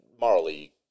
morally